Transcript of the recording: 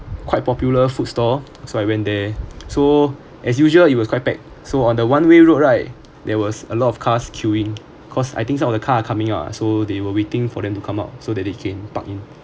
quite popular food store so I went there so as usual it was quite packed so on a one way road right there was a lot of cars queuing because I think some of the car are coming ah so they were waiting for them to come out so that they can park in